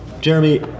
Jeremy